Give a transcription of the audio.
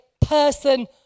person